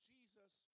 Jesus